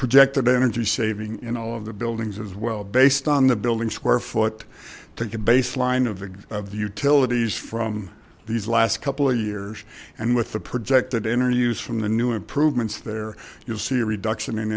projected energy saving in all of the buildings as well based on the building square foot take a baseline of the utilities from these last couple of years and with the projected interviews from the new improvements there you'll see a reduction in